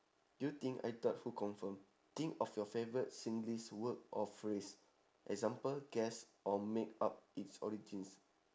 you think I thought who confirm think of your favourite singlish word or phrase example guess or make up it's origins